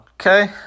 okay